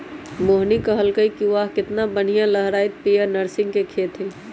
मोहिनी कहलकई कि वाह केतना बनिहा लहराईत पीयर नर्गिस के खेत हई